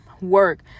work